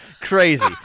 crazy